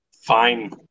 fine